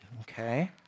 okay